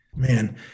Man